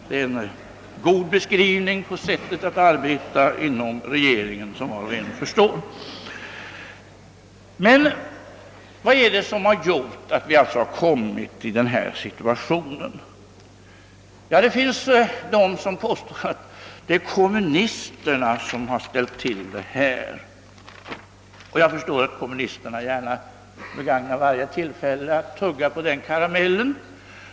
— Detta är, såsom var och en förstår, en god beskrivning av regeringens sätt att arbeta! Vad är det då som varit anledningen till att vi kommit i denna situation? Ja, det finns personer som påstår att det är kommunisterna som förorsakat detta läge. Jag förstår också att kommunisterna gärna begagnar varje tillfälle att tugga på denna karamell.